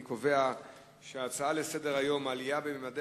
אני קובע שההצעות לסדר-היום בנושא העלייה בשיעורי